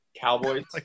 Cowboys